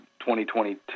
2022